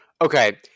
Okay